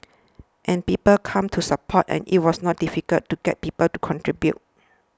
and people came to support and it was not difficult to get people to contribute